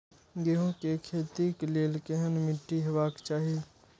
गेहूं के खेतीक लेल केहन मीट्टी हेबाक चाही?